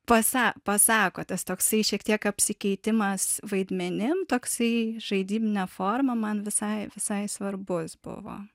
pasak pasako tas toksai šiek tiek apsikeitimas vaidmenim toksai žaidybine formą man visai visai svarbus buvo